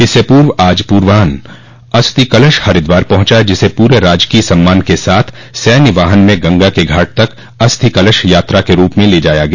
इससे पूर्व आज पूर्वाह्न अस्थि कलश हरिद्वार पहुंचा जिसे पूरे राजकीय सम्मान के साथ सैन्य वाहन में गंगा के घाट तक अस्थि कलश यात्रा के रूप में ले जाया गया